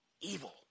evil